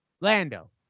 lando